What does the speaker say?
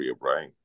Right